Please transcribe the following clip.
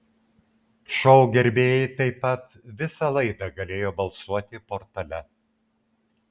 šou gerbėjai taip pat visą laidą galėjo balsuoti portale